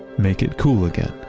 make it cool again.